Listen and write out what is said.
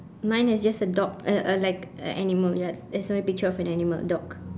mine is just a dog a a like a animal ya there's only a picture of an animal dog